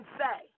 say